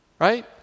Right